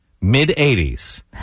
mid-80s